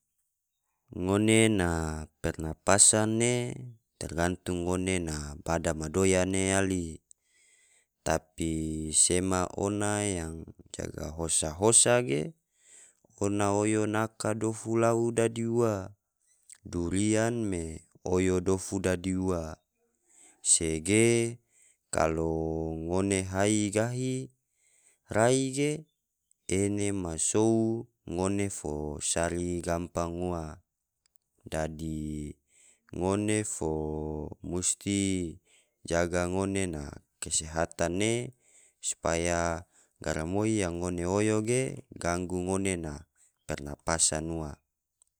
Ngone na pernapasan ne tergantung ngone na bada ma doya ne yali, tapi sema ona yang jaga hosa-hosa ge, ona oyo naka lau dadi ua, durian me oyo dofu dadi ua, se ge kalo ngone ahu gai rai ge ene ma sou ngone fo sari gampang ua. Dadi ngone fo musti jaga ngone na kesehatan ne, supaya garamaoi yang ngone oyo ge ganggu ngone na pernapasan ua.